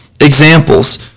examples